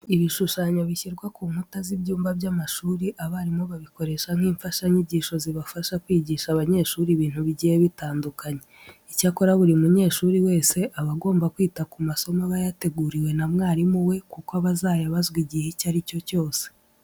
Ibishushanyo bishyirwa ku nkuta z'ibyumba by'amashuri, abarimu bazikoresha nk'imfashanyigisho zibafasha kwigisha abanyeshuri ibintu bigiye bitandukanye. Icyakora buri munyeshuri wese aba agomba kwita ku masomo aba yateguriwe na mwarimu we kuko aba azayabazwa igihe icyo ari cyo cyose.